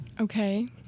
Okay